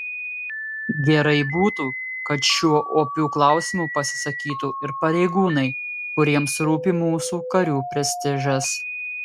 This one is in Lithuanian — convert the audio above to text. gerai būtų kad šiuo opiu klausimu pasisakytų ir pareigūnai kuriems rūpi mūsų karių prestižas